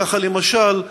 ככה, למשל,